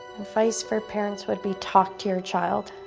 advice for parents would be talk to your child.